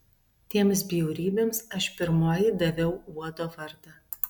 tiems bjaurybėms aš pirmoji daviau uodo vardą